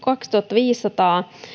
kaksituhattaviisisataa